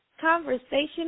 conversation